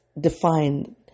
define